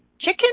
chicken